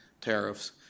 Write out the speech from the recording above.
tariffs